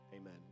Amen